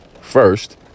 First